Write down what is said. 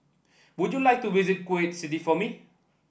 would you like to visit Kuwait City for me